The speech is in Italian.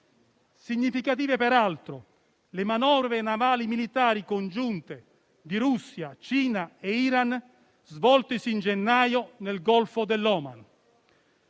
Significative, peraltro, solo le manovre navali militari congiunte di Russia, Cina e Iran svoltesi in gennaio nel Golfo dell'Oman.